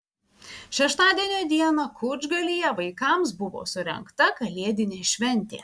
šeštadienio dieną kučgalyje vaikams buvo surengta kalėdinė šventė